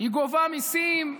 היא גובה מיסים,